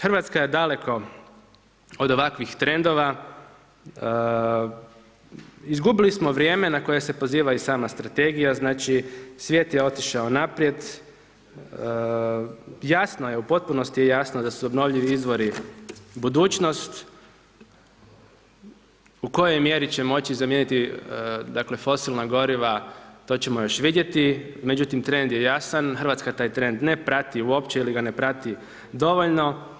Hrvatska je daleko od ovakvih trendova, izgubili smo vrijeme na koje se poziva i sama strategija, znači svijet je otišao naprijed, jasno je, u potpunosti je jasno da su obnovljivi izvori budućnost, u kojoj mjeri će moći zamijeniti fosilna goriva to ćemo još vidjeti, međutim trend je jasan, Hrvatska taj tren ne prati uopće ili ga ne prati dovoljno.